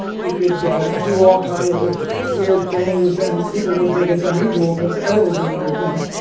you could do all kinds of weird things and people wouldn't think it's unusual because everyone was doing weird things.